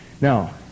Now